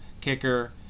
Kicker